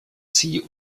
sie